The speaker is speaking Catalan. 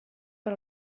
per